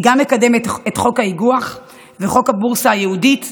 היא גם מקדמת את חוק האיגוח ואת חוק הבורסה הייעודית,